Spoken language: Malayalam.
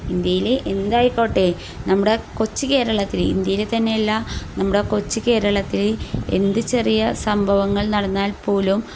ഇന്ത്യയിൽ എന്തായിക്കോട്ടെ നമ്മുടെ കൊച്ചു കേരളത്തിൽ ഇന്ത്യയിലെ തന്നെയല്ല നമ്മുടെ കൊച്ചു കേരളത്തിൽ എന്തു ചെറിയ സംഭവങ്ങൾ നടന്നാൽപ്പോലും